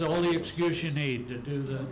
the only excuse you need to do the